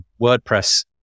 WordPress